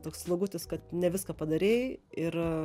toks slogutis kad ne viską padarei ir